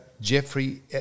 Jeffrey